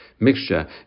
Mixture